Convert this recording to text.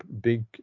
big